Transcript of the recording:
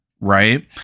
right